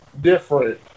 different